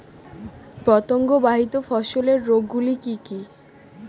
পতঙ্গবাহিত ফসলের রোগ গুলি কি কি?